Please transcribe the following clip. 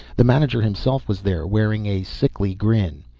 the manager himself was there, wearing a sickly grin.